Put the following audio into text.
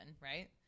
right